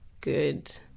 good